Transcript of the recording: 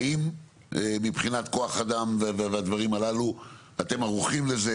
האם מבחינת כוח אדם והדברים הללו, אתם ערוכים לזה?